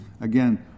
again